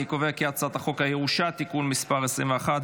אני קובע כי הצעת חוק הירושה (תיקון מס' 21),